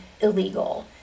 illegal